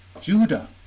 Judah